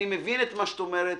אני מבין את מה שאת אומרת,